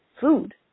food